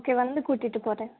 okay வந்து கூட்டிகிட்டு போகறேன்